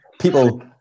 People